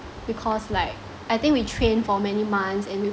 because like I think we train for many months and we